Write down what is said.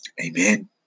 Amen